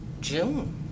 june